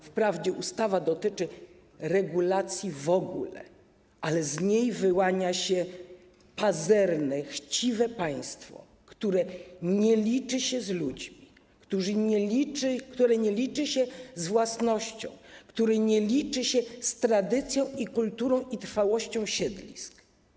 Wprawdzie ustawa dotyczy regulacji w ogóle, ale z niej wyłania się pazerne, chciwe państwo, które nie liczy się z ludźmi, które nie liczy się z własnością, które nie liczy się z tradycją i kulturą, i trwałością siedlisk.